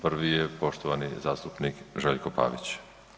Prvi je poštovani zastupnik Željko Pavić.